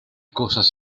cosas